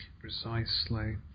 Precisely